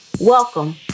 welcome